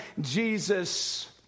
Jesus